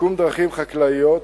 שיקום דרכים חקלאיות,